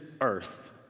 earth